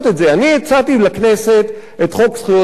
אני הצעתי לכנסת את חוק זכויות הפליט.